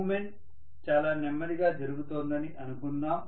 moment చాలా నెమ్మదిగా జరుగుతోందని అనుకుందాం